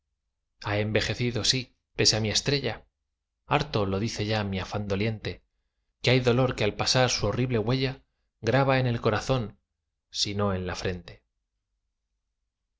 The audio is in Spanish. ha envejecido sí pese á mi estrella harto lo dice ya mi afán doliente que hay dolor que al pasar su horrible huella graba en el corazón si no en la frente